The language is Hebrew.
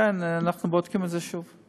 לכן, אנחנו בודקים את זה שוב.